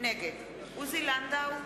נגד עוזי לנדאו,